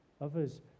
Others